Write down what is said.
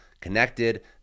connected